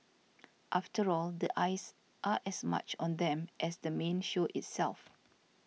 after all the eyes are as much on them as the main show itself